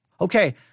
Okay